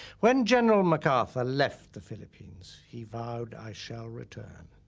when general macarthur left the philippines, he vowed, i shall return.